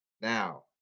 Now